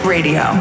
Radio